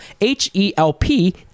H-E-L-P